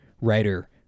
writer